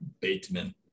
Bateman